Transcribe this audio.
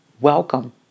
Welcome